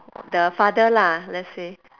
the father lah let's say